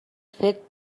fet